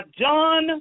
John